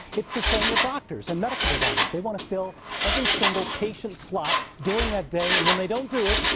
it's the same with doctors and medical providers. they want to fill every single patient slot during that day and when they don't do it,